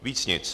Víc nic.